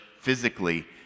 physically